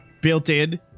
built-in